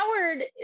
Howard